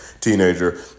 teenager